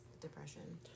depression